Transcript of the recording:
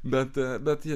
bet bet